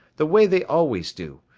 the way they always do,